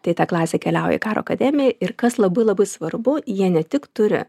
tai ta klasė keliauja į karo akademiją ir kas labai labai svarbu jie ne tik turi